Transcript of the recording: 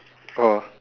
oh